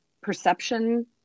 perception